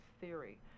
theory